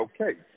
okay